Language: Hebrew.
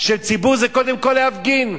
של ציבור זה קודם כול להפגין.